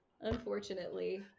Unfortunately